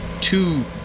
two